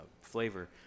flavor